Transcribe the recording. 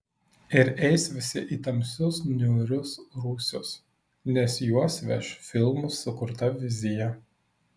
ir eis visi į tamsius niūrius rūsius nes juos veš filmų sukurta vizija